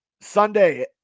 Sunday